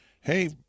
hey